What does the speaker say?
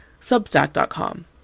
Substack.com